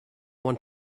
want